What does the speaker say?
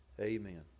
Amen